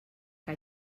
que